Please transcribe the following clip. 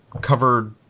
covered